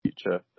future